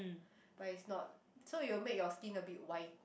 but it's not so it will make your skin a bit white